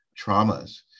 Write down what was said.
traumas